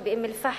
שבאום-אל-פחם,